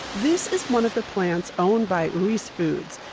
this is one of the plants owned by ruiz foods,